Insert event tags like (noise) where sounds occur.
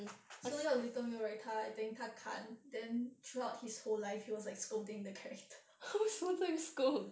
so 那个 little mio right 他 I think 他看 then throughout his whole live he was like scolding the character (laughs)